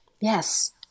Yes